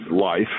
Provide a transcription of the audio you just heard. life